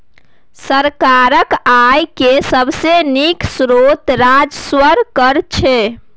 सरकारक आय केर सबसे नीक स्रोत राजस्व कर छै